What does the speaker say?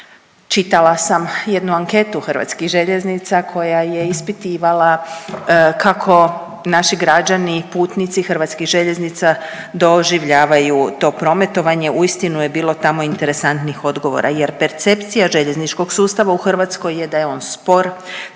čitala sam jednu anketu HŽ-a koja je ispitivala kako naši građani, putnici hrvatskih željeznica doživljavaju to prometovanje, uistinu je bilo tamo interesantnih …./ .odgovora jer percepcija željezničkog sustava u Hrvatskoj je da je on spor,